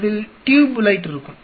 அதில் tube light இருக்கும்